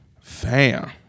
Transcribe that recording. Fam